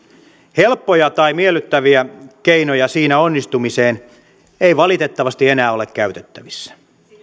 helppoja tai miellyttäviä keinoja siinä onnistumiseen ei valitettavasti enää ole käytettävissä